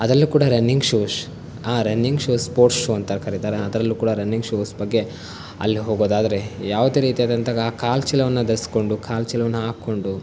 ಅದ್ರಲ್ಲಿಯೂ ಕೂಡ running shoes ಆ running shoes sports shoe ಅಂತ ಕರೀತಾರೆ ಅದರಲ್ಲೂ ಕೂಡ ರನ್ನಿಂಗ್ ಶೂಸ್ ಬಗ್ಗೆ ಅಲ್ಲಿ ಹೋಗೋದಾದರೆ ಯಾವುದೇ ರೀತಿಯಾದಂತ ಕಾಲು ಚೀಲವನ್ನು ಧರಿಸ್ಕೊಂಡು ಕಾಲು ಚೀಲವನ್ನು ಹಾಕ್ಕೊಂಡು